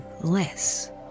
less